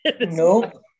No